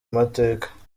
mateka